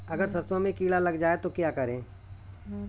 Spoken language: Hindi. अगर सरसों में कीड़ा लग जाए तो क्या करें?